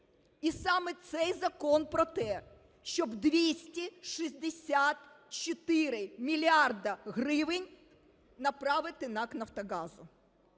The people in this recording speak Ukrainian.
І саме цей закон про те, щоб 264 мільярди гривень направити НАК "Нафтогазу".